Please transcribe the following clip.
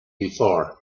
before